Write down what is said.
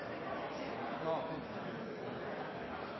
la